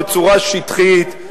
בצורה שטחית,